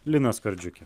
lina skardžiukė